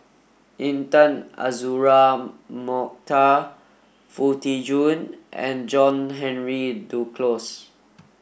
Intan Azura Mokhtar Foo Tee Jun and John Henry Duclos